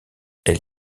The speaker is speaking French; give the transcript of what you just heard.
elle